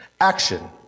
Action